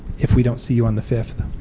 if we don't see you on the fifth.